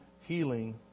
healing